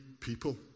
people